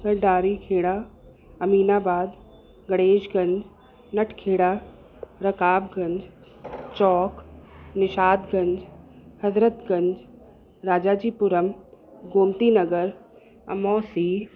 Sardari Khera Aminabad Ganeshganj Natkhera Rakabganj Chowk Nishatganj Hazratganj Rajajipuram Gomti Nagar Amausi